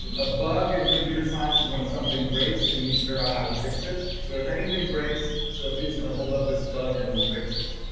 a bug in computer science is when something breaks, and you need to figure out how to fix it. so if anything breaks, sofia is gonna hold up this bug and we'll fix it.